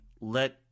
Let